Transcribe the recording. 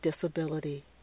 disability